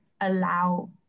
allow